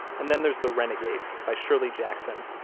and then there's the renegade by shirley jackson,